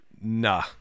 nah